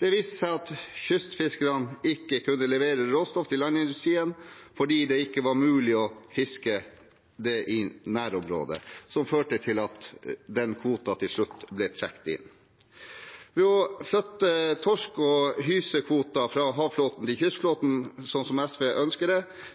Det viste seg at kystfiskerne ikke kunne levere råstoff til landindustrien fordi det ikke var mulig å fiske det i nærområdet, noe som førte til at den kvoten til slutt ble trukket inn. Det å flytte torsk- og hysekvoter fra havflåten til kystflåten, sånn som SV ønsker,